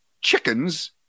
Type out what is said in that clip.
chickens